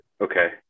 Okay